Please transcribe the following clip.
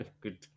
Good